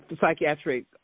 psychiatric